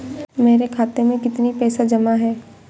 मेरे खाता में कितनी पैसे जमा हैं?